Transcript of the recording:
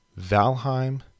Valheim